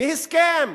בהסכם,